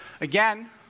Again